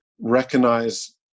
recognize